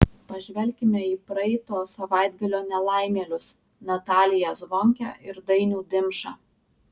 pažvelkime į praeito savaitgalio nelaimėlius nataliją zvonkę ir dainių dimšą